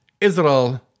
Israel